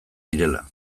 direla